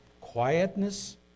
quietness